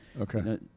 Okay